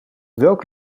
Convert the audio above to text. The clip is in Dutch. welk